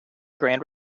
grand